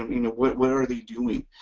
um you know what what are they doing?